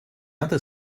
other